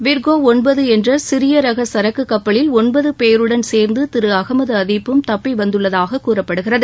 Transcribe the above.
Virgo ஒன்பது என்ற சிறிய ரக சரக்குக் கப்பலில் ஒன்பது பேருடன் சேர்ந்து திரு அகமது அதீப் பும் தப்பி வந்துள்ளதாக கூறப்படுகிறது